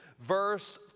verse